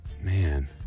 Man